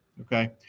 Okay